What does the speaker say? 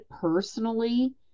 personally